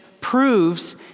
proves